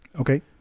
okay